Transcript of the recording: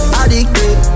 addicted